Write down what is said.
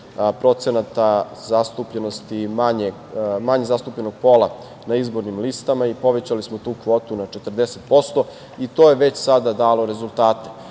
procenata zastupljenosti manje zastupljenog pola na izbornim listama i povećali smo tu kvotu na 40% i to je već sada dalo rezultate.